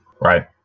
right